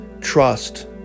trust